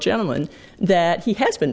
gentleman that he has been